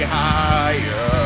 higher